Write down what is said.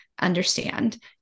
understand